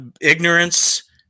ignorance